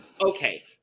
Okay